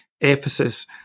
Ephesus